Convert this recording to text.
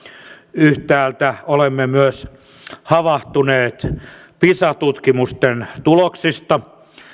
yhtäältä olemme myös havahtuneet pisa tutkimusten tuloksista